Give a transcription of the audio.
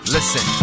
Listen